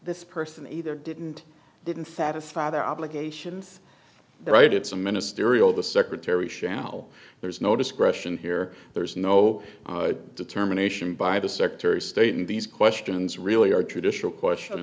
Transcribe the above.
this person either didn't didn't satisfy their obligations their right it's a ministerial the secretary shall there's no discretion here there's no determination by the secretary of state and these questions really are traditional question